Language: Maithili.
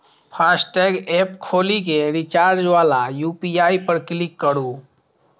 फास्टैग एप खोलि कें रिचार्ज वाया यू.पी.आई पर क्लिक करू